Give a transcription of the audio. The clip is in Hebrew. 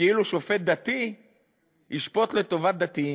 כאילו שופט דתי ישפוט לטובת דתיים.